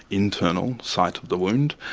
internal site of the wound,